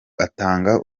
atanga